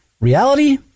reality